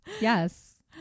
Yes